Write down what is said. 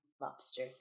Lobster